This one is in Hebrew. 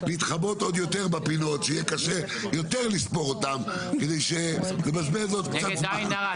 בפינות שיהיה קשה יותר לספור אותן כדי שנבזבז עוד קצת זמן.